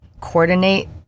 coordinate